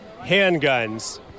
handguns